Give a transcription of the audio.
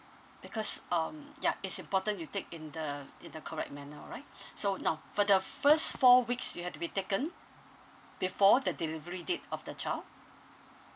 because um ya it's important you take in the in the correct manner alright so now for the first four weeks you had to be taken before the delivery date of the child